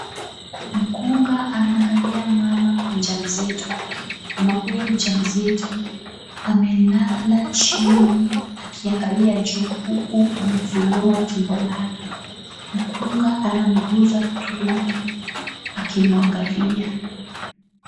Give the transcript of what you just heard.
Mkunga anaangalia mama mja mzito. Mama huyo mja mzito amelala chini akiangalia juu, huku amefunua tumbo lake. Mkunga anamguza tumbo akimuangalia.